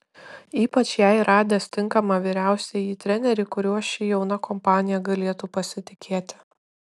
ypač jai radęs tinkamą vyriausiąjį trenerį kuriuo ši jauna kompanija galėtų pasitikėti